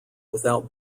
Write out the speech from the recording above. without